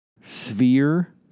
sphere